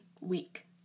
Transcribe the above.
week